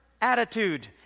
attitude